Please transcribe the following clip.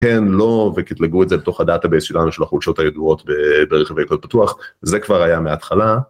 כן לא וקטלגו את זה בתוך הדאטה בייס שלנו של החולשות הידועות ברכיבי קוד פתוח זה כבר היה מההתחלה.